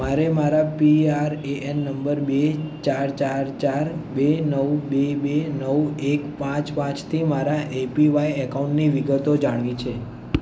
મારે મારા P R A N number બે ચાર ચાર ચાર બે નવ બે બે નવ એક પાંચ પાંચથી મારા એપીવાય એકાઉન્ટની વિગતો જાણવી છે